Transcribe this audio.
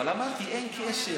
אמרתי, אין קשר.